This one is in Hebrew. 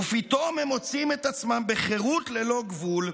ופתאום הם מוצאים את עצמם בחירות ללא גבול,